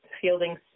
Fielding